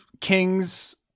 King's